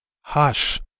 Hush